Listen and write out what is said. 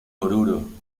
oruro